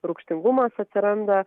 rūgštingumas atsiranda